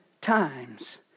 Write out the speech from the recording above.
times